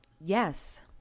yes